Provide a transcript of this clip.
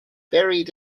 buried